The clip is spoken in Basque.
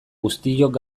guztiok